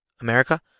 America